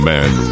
Man